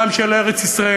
גם של ארץ-ישראל,